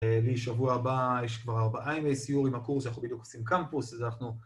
אה, ‫לי שבוע הבא יש כבר ארבעה ‫ימי סיור עם הקורס, ‫אנחנו בדיוק עושים קמפוס, ‫אז אנחנו...